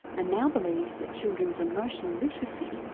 and now believes that children's emotional literacy,